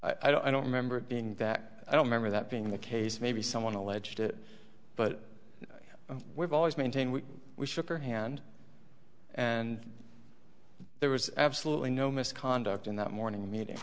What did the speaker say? hand i don't remember it being that i don't remember that being the case maybe someone alleged it but we've always maintained we we shook her hand and there was absolutely no misconduct in that morning meeting